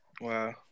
Wow